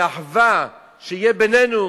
באחווה שתהיה בינינו,